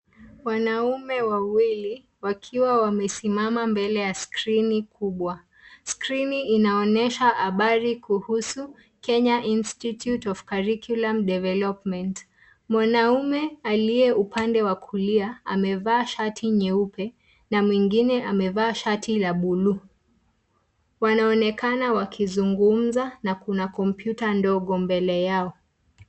Wanaume wawili wakiwa wamesimama mbele ya skrini kubwa, skrini inaonesha habari kuhusu[ Kenya institute of curriculum development] ,mwanamume aliye upande wa kulia amevaa shati nyeupe na mwingine amevaa shati la buluu wanaonekana wakizungumza na kuna kompyuta ndogo mbele yao.